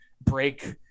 break